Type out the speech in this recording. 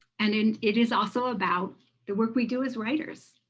and and it is also about the work we do as writers.